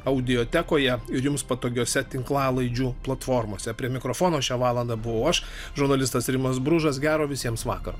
audiotekoje ir jums patogiose tinklalaidžių platformose prie mikrofono šią valandą buvau aš žurnalistas rimas bružas gero visiems vakaro